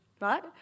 right